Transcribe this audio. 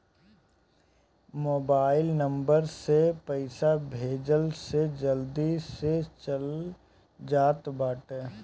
mobile number से पईसा भेजला से जल्दी से चल जात बाटे